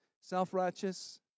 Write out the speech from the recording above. self-righteous